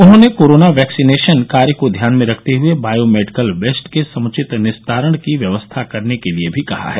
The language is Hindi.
उन्होंने कोरोना वैक्सीनेशन कार्य को ध्यान में रखते हुए बॉयोमेडिकल वेस्ट के समुचित निस्तारण की व्यवस्था करने के लिये भी कहा है